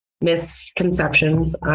misconceptions